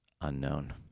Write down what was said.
unknown